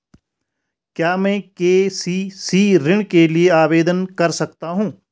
क्या मैं के.सी.सी ऋण के लिए आवेदन कर सकता हूँ?